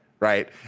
Right